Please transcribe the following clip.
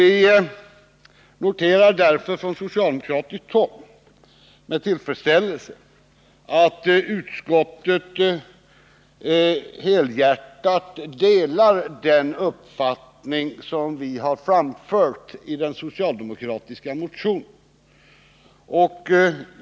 Vi noterar därför på socialdemokratiskt håll med tillfredsställelse att utskottet helhjärtat delar den uppfattning som vi har framfört i vår motion.